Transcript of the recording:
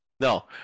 No